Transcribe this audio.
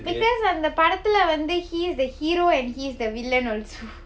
because அந்த படத்துல வந்து:antha padatthula vanthu he's hero and he's the villain also